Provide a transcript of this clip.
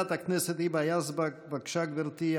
חברת הכנסת היבה יזבק, בבקשה, גברתי.